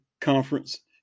Conference